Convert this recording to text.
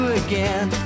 again